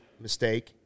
mistake